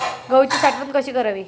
गहूची साठवण कशी करावी?